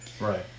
right